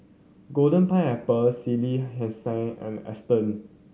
Golden Pineapple Sally Hansen and Aston